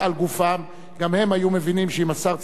גם הם היו מבינים שאם השר צריך להשיב על שאלות,